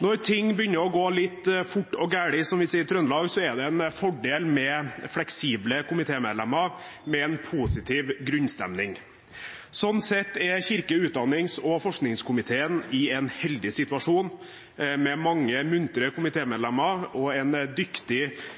Når ting begynner å gå litt fort og gæli, som vi sier i Trøndelag, er det en fordel med fleksible komitémedlemmer og en positiv grunnstemning. Sånn sett er kirke-, utdannings- og forskningskomiteen i en heldig situasjon, med mange muntre komitémedlemmer og en dyktig